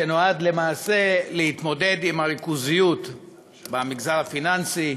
שנועד למעשה להתמודד עם הריכוזיות במגזר הפיננסי.